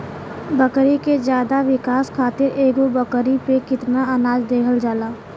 बकरी के ज्यादा विकास खातिर एगो बकरी पे कितना अनाज देहल जाला?